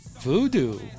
Voodoo